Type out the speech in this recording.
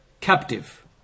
captive